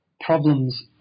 problems